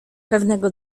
pewnego